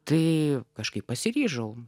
tai kažkaip pasiryžau